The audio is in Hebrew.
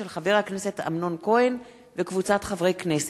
של חבר הכנסת אמנון כהן וקבוצת חברי הכנסת,